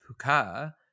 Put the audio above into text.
Puka